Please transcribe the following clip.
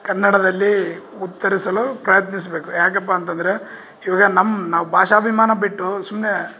ಕನ್ನಡದಲ್ಲಿ ಉತ್ತರಿಸಲು ಪ್ರಯತ್ನಿಸಬೇಕು ಯಾಕಪ್ಪ ಅಂತ ಅಂದರೆ ಇವಾಗ ನಮ್ಮ ನಾವು ಭಾಷಾಭಿಮಾನ ಬಿಟ್ಟು ಸುಮ್ಮನೆ